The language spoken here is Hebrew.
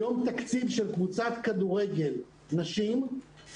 היום תקציב התמיכות של קבוצת כדורגל נשים הוא